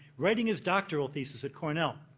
writing his doctoral thesis at cornell,